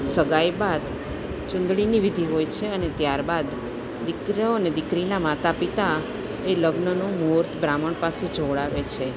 સગાઈ બાદ ચુંદડીની વિધિ હોય છે અને ત્યારબાદ દીકરો અને દીકરીના માતા પિતા એ લગ્નનું મુરત બ્રાહ્મણ પાસે જોવડાવે છે